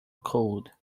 cold